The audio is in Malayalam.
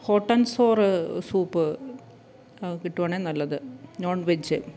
ഹോട്ട് ആൻ സോര് സൂപ്പ് കിട്ടുവാണെങ്കില് നല്ലത് നോൺ വെജ്ജ്